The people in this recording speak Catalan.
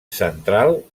central